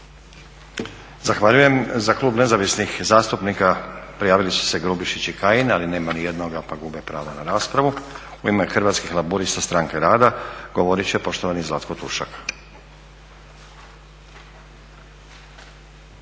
Zahvaljujem. Za klub Nezavisnih zastupnika prijavili su se Grubišić i Kajin ali nema nijednoga pa gube pravo na raspravu. U ime Hrvatskih laburista – Stranke rada govorit će poštovani Zlatko Tušak.